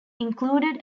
included